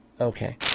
Okay